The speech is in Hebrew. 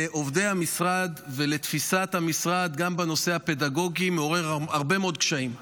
לעובדי המשרד ולתפיסת המשרד גם בנושא הפדגוגי מעורר הרבה מאוד קשיים,